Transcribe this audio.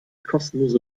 kostenlose